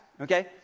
Okay